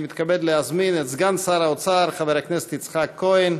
אני מתכבד להזמין את סגן שר האוצר חבר הכנסת יצחק כהן